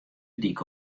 dyk